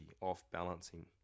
off-balancing